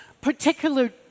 particular